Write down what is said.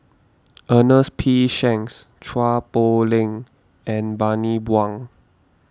Ernest P Shanks Chua Poh Leng and Bani Buang